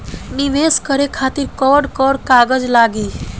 नीवेश करे खातिर कवन कवन कागज लागि?